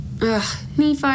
Nephi